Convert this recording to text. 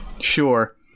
Sure